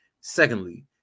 secondly